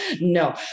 No